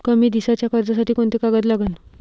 कमी दिसाच्या कर्जासाठी कोंते कागद लागन?